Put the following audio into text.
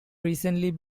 recently